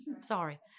Sorry